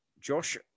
Josh